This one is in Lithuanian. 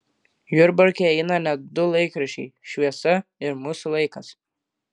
jurbarke eina net du laikraščiai šviesa ir mūsų laikas